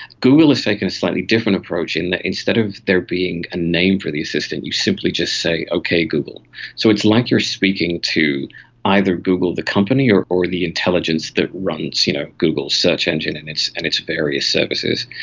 google has taken a slightly different approach in that instead of there being a name for the assistant you simply just say, okay google so it's like you are speaking to either google the company or or the intelligence that runs you know google's search engine and its and its various services.